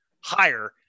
higher